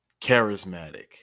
Charismatic